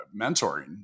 mentoring